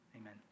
Amen